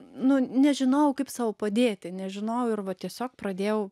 nu nežinojau kaip sau padėti nežinojau ir va tiesiog pradėjau